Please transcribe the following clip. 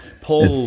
Paul